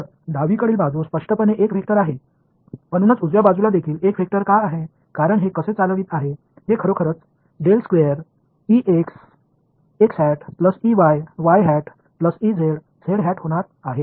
तर डावीकडील बाजू स्पष्टपणे एक वेक्टर आहे म्हणूनच उजव्या बाजूला देखील एक वेक्टर का आहे कारण हे कसे चालवित आहे हे खरोखरच होणार आहे